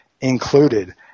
included